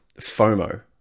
FOMO